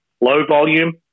low-volume